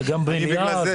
וגם במליאה,